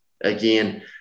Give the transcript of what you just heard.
again